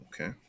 Okay